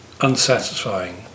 unsatisfying